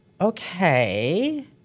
okay